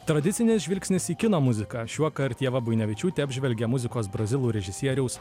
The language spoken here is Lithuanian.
tradicinis žvilgsnis į kino muziką šiuokart ieva buinevičiūtė apžvelgia muzikos brazilų režisieriaus